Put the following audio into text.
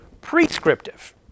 prescriptive